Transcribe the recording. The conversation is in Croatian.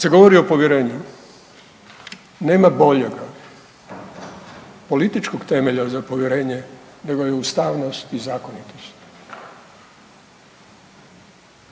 se govori o povjerenju nema boljega političkog temelja za povjerenje nego je ustavnost i zakonitost,